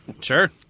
Sure